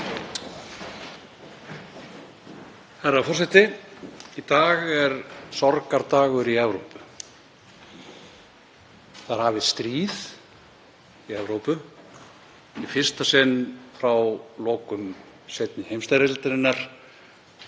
Herra forseti. Í dag er sorgardagur í Evrópu. Hafið er stríð í Evrópu í fyrsta sinn frá lokum seinni heimsstyrjaldarinnar.